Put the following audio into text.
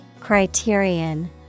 Criterion